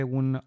un